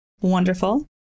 Wonderful